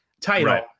title